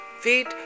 feet